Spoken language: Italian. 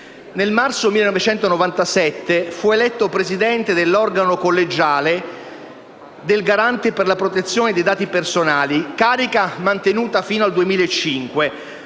Nel marzo 1997 fu eletto presidente dell'organo collegiale del Garante per la protezione dei dati personali, carica mantenuta fino al 2005.